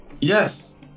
Yes